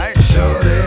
Shorty